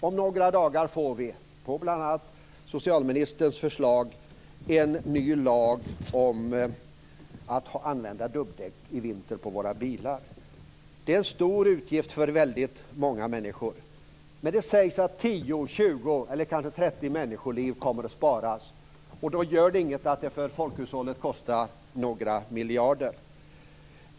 Om några dagar får vi, på bl.a. socialministerns förslag, en ny lag om att använda dubbdäck i vinter på våra bilar. Det är en stor utgift för väldigt många människor. Men det sägs att 10, 20 eller kanske 30 människoliv kommer att sparas - och då gör det inget att det för folkhushållet kostar några miljarder kronor.